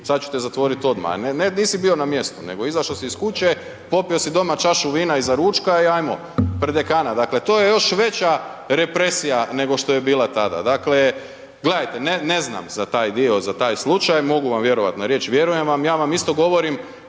sada ću te zatvoriti odmah. Ne nisi bio na mjestu nego izašao si iz kuće, popio si doma čašu vina iza ručka i ajmo prdekana. Dakle to je još veća represija nego što je bila tada. Dakle, gledajte, ne znam za taj dio za taj slučaj, mogu vam vjerovat na riječ i vjerujem vam. Ja vam isto govorim,